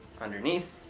Underneath